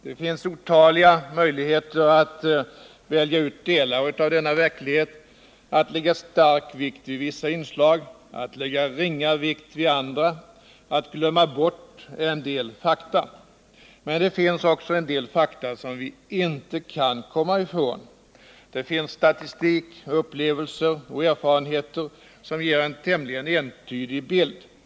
Det finns otaliga möjligheter att välja ut delar av denna verklighet, att lägga stark vikt vid vissa inslag, att lägga ringa vikt vid andra, att ”glömma bort” en del fakta. Men det finns också vissa fakta som vi inte kan komma ifrån. Det finns statistik, upplevelser och erfarenheter, som ger en tämligen entydig bild.